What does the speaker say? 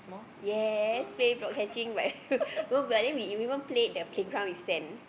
yes play block catching but you know we even play the play ground with sand